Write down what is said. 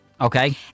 Okay